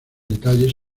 detalles